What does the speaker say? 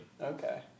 Okay